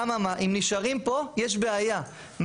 אם נשארים פה יש בעיה,